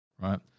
right